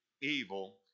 evil